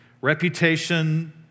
Reputation